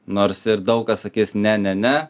nors ir daug kas sakys ne ne